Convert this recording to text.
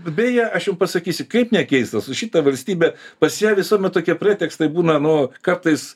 beje aš jum pasakysiu kaip nekeista su šita valstybe pas ją visuomet tokie pretekstai būna nu kartais